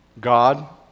God